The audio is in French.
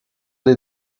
des